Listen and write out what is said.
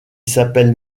s’appelle